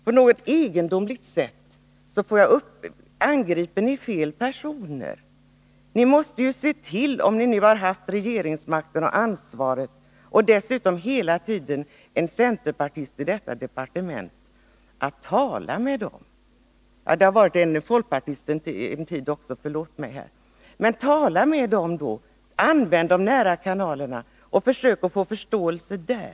På ett egendomligt sätt angriper ni fel parti. När ni nu har regeringsmakten och ansvaret och dessutom hela tiden har haft en centerpartist som chef för socialdepartementet måste ni ju tala med det ansvariga statsrådet. Ja, det har också en tid varit en folkpartist som socialminister — förlåt mitt misstag! Tala med det ansvariga statsrådet! Använd de nära kanalerna och försök att få förståelse där!